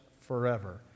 forever